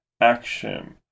action